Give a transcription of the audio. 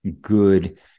good